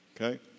Okay